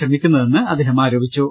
ശ്രമിക്കുന്നതെന്ന് അദ്ദേഹം പറഞ്ഞു